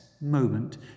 moment